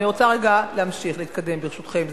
אני רוצה רגע להמשיך, להתקדם, ברשותכם.